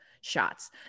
Shots